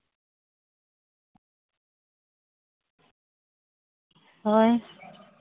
ᱦᱳᱭ